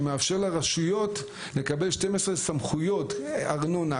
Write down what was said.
שמאפשר לרשויות לקבל 12 סמכויות ארנונה,